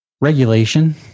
regulation